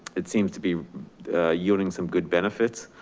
it seems to be yielding some good benefits.